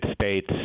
states